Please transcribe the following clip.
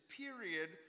period